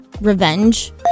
Revenge